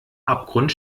abgrund